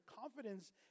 confidence